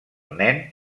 nen